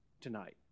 tonight